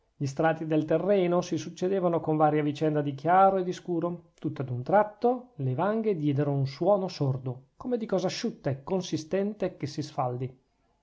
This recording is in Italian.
gli strati del terreno si succedevano con varia vicenda di chiaro e di scuro tutto ad un tratto le vanghe diedero un suono sordo come di cosa asciutta e consistente che si sfaldi